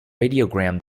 radiogram